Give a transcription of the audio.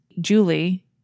julie